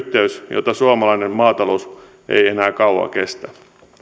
jota suomalainen maatalous ei enää kauan kestä